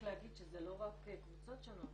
רק להגיד שזה לא רק קבוצות שונות,